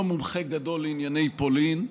אני לא מומחה גדול לענייני פולין.